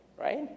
right